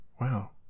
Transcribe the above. Wow